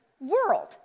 world